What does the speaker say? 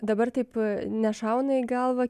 dabar taip nešauna į galvą